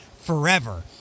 forever